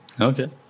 Okay